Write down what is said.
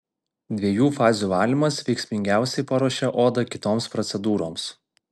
dviejų fazių valymas veiksmingiausiai paruošia odą kitoms procedūroms